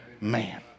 man